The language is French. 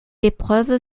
épreuves